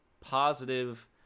positive